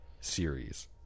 series